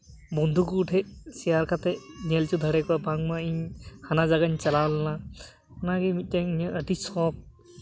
ᱵᱚᱱᱫᱷᱩ ᱠᱚᱴᱷᱮᱱ ᱥᱮᱭᱟᱨ ᱠᱟᱛᱮᱫ ᱧᱮᱞ ᱦᱚᱪᱚ ᱫᱟᱲᱮ ᱟᱠᱚᱣᱟ ᱵᱟᱝᱢᱟ ᱤᱧ ᱦᱟᱱᱟ ᱡᱟᱭᱜᱟᱧ ᱪᱟᱞᱟᱣ ᱞᱮᱱᱟ ᱚᱱᱟᱜᱮ ᱢᱤᱫᱴᱮᱱ ᱤᱧᱟᱹᱜ ᱟᱹᱰᱤ ᱥᱚᱠᱷ